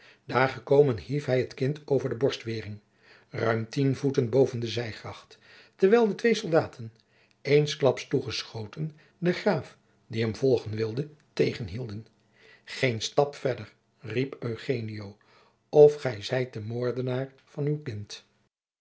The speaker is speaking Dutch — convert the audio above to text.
daar gekomen hief hij het kind over de borstweering ruim tien voeten boven de zijgracht terwijl de twee soldaten eensklaps toegeschoten den graaf die hem volgen wilde tegenhielden geen stap verder riep eugenio of gij zijt de moordenaar van uw kind